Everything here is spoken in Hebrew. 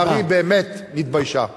לצערי, באמת נתביישה.